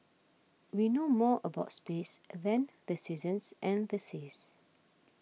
we know more about space than the seasons and the seas